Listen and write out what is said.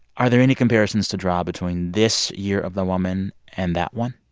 are there any comparisons to draw between this year of the woman and that one?